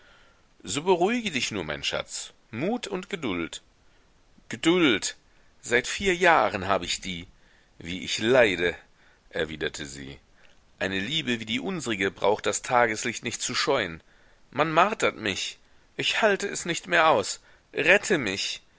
so beruhige dich nur mein schatz mut und geduld geduld seit vier jahren hab ich die wie ich leide erwiderte sie eine liebe wie die unsrige braucht das tageslicht nicht zu scheuen man martert mich ich halte es nicht mehr aus rette mich